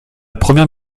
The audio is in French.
première